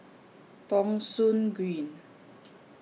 Thong Soon Green